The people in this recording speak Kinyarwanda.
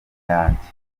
yanjye